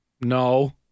No